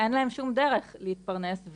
אין שום דרך להתפרנס,